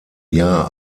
jahr